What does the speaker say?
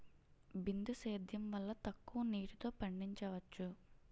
బిందు సేద్యం వల్ల తక్కువ నీటితో పండించవచ్చు